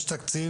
יש תקציב,